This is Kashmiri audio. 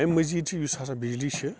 اَمہِ مٔزیٖد چھِ یُس ہَسا بِجلی چھِ